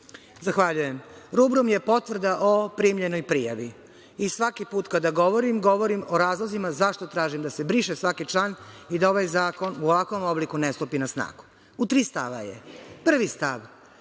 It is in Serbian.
Zahvaljujem. Rubrum je potvrda o primljenoj prijavi. Svaki put kada govorim, govorim orazlozima zašto tražim da se briše svaki član i da ovaj zakon, u ovakvom obliku, ne stupi na snagu. U tri stava je. Prvi stav